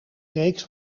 reeks